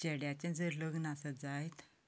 चेड्याचें जर लग्न आसा जायत